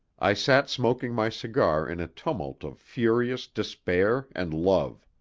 i sat smoking my cigar in a tumult of furious despair and love.